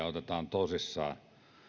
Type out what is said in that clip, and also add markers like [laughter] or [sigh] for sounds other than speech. [unintelligible] otetaan tosissaan